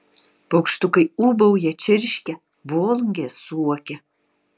paukštukai ūbauja čirškia volungės suokia